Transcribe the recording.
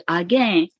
again